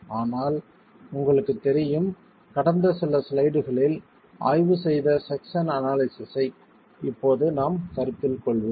ஆனால் உங்களுக்குத் தெரியும் கடந்த சில ஸ்லைடுகளில் ஆய்வு செய்த செக்சன் அனாலிசிஸ் ஐக் இப்போது நாம் கருத்தில் கொள்வோம்